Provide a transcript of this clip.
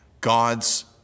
God's